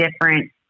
different